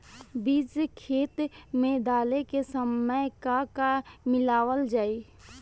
बीज खेत मे डाले के सामय का का मिलावल जाई?